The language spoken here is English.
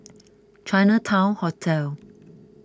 Chinatown Hotel